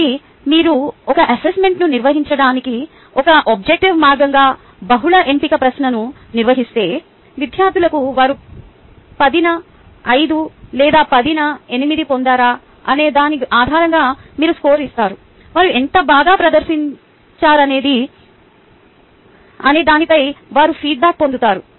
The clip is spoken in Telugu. కాబట్టి మీరు ఒక అసెస్మెంట్ను నిర్వహించడానికి ఒక ఆబ్జెక్టివ్ మార్గంగా బహుళ ఎంపిక ప్రశ్నను నిర్వహిస్తే విద్యార్థులకు వారు 10 న 5 లేదా 10 న 8 పొందారా అనే దాని ఆధారంగా మీరు స్కోరు ఇస్తారు వారు ఎంత బాగా ప్రదర్శించారనే దానిపై వారు ఫీడ్బ్యాక్ పొందుతారు